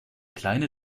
kleine